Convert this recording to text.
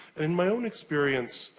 in my own experience,